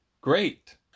Great